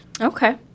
Okay